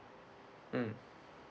mm